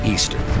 Easter